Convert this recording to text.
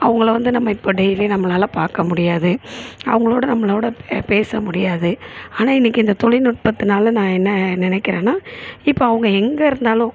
அவங்கள வந்து நம்ம இப்போ டெய்லி நம்மளால பார்க்கமுடியாது அவங்களோட நம்மளோடு பே பேச முடியாது ஆனால் இன்னிக்கி இந்த தொழில்நுட்பத்துனால நான் என்ன நினைக்கிறேன்னா இப்போ அவங்க எங்கே இருந்தாலும்